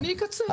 אני אקצר.